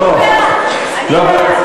צניעות, לא, לא.